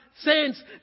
saints